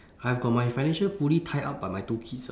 I have got my financial fully tied up by my two kids